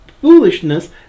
foolishness